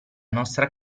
nostra